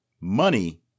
Money